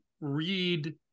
read